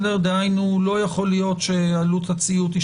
דהיינו לא יכול להיות שעלות הציות זה